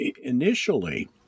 initially